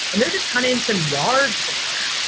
and they're just kind of in some yard somewhere.